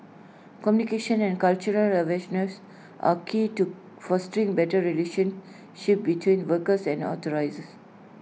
communication and cultural awareness are key to fostering better relationship between workers and authorities